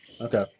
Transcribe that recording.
Okay